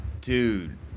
Dude